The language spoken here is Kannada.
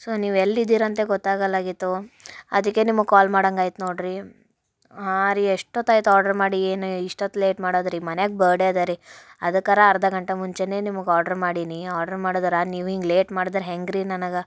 ಸೋ ನೀವು ಎಲ್ಲಿದ್ದೀರಂತೇ ಗೊತ್ತಾಗಲ್ಲಾಗಿತ್ತು ಅದಕ್ಕೆ ನಿಮಗೆ ಕಾಲ್ ಮಾಡಂಗಾಯ್ತು ನೋಡಿರಿ ಹಾಂ ರೀ ಎಷ್ಟೊತ್ತು ಆಯ್ತು ಆಡ್ರ್ ಮಾಡಿ ಏನು ಇಷ್ಟೊತ್ತು ಲೇಟ್ ಮಾಡಿದ್ರಿ ಮನೆಯಾಗ ಬಡೇ ಅದ ರೀ ಅದಕ್ಕಾರಾ ಅರ್ಧ ಗಂಟೆ ಮುಂಚೆಯೇ ನಿಮಗೆ ಆಡ್ರ್ ಮಾಡೀನಿ ಆಡ್ರ್ ಮಾಡಿದರ ನೀವು ಹಿಂಗೆ ಲೇಟ್ ಮಾಡದ್ರೆ ಹೆಂಗೆ ರಿ ನನಗೆ